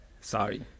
Sorry